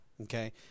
Okay